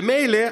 ומילא,